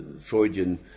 Freudian